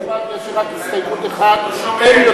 יש לי רק הסתייגות אחת, לא שומעים.